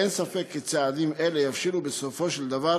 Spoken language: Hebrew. אין ספק כי צעדים אלה יבשילו בסופו של דבר